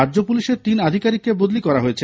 রাজ্য পুলিশের তিন আধিকারিককে বদলি করা হয়েছে